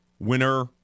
Winner